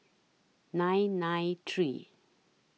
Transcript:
nine nine three